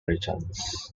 regions